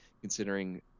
considering